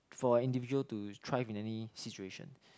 for individual to thrive in any situation